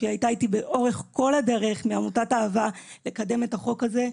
היא הייתה איתי לאורך כל הדרך כדי לקדם את החוק הזה,